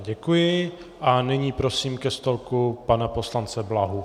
Já děkuji a nyní prosím ke stolku pana poslance Blahu.